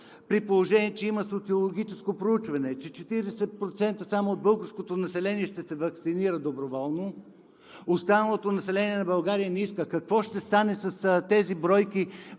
при положение че има социологическо проучване, че само 40% от българското население ще се ваксинира доброволно. Останалото население на България не иска. Какво ще стане с тези бройки